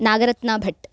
Nagarathna Bhat